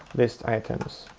list items.